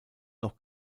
noch